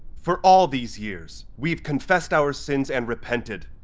for all these years, we've confessed our sins and repented,